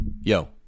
Yo